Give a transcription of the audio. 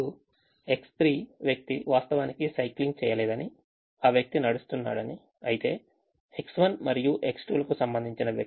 ఇప్పుడు X3 వ్యక్తి వాస్తవానికి సైక్లింగ్ చేయలేదని ఆ వ్యక్తి నడుస్తున్నాడని అయితే X1 మరియు X2 కు సంబంధించిన వ్యక్తులు 3